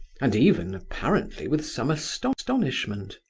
and even, apparently, with some astonishment.